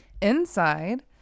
Inside